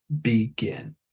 begin